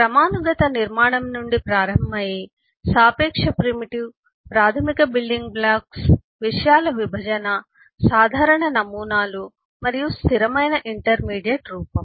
క్రమానుగత నిర్మాణం నుండి ప్రారంభమయ్యే ప్రిమిటివ్ సాపేక్ష ప్రిమిటివ్ లేదా బిల్డింగ్ ప్రాథమిక బిల్డింగ్ బ్లాక్స్ విషయాల విభజన సాధారణ నమూనాలు మరియు స్థిరమైన ఇంటర్మీడియట్ రూపం